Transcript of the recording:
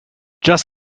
just